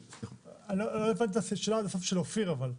לא הבנת את השאלה של אופיר אבל,